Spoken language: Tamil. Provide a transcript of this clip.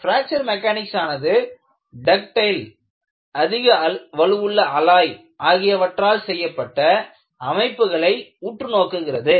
பிராக்ச்சர் மெக்கானிக்ஸ் ஆனது டக்டைல் அதிக வலுவுள்ள அலாய் ஆகியவற்றால் செய்யப்பட்ட அமைப்புகளை உற்று நோக்குகிறது